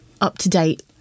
up-to-date